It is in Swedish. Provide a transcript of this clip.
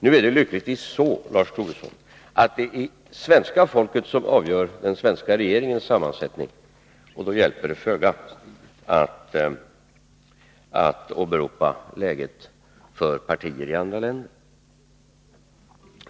Nu är det lyckligtvis så att det är svenska folket som avgör den svenska regeringens sammansättning, och då hjälper det föga att åberopa läget för partier i andra länder.